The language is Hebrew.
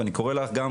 ואני קורא לך גם,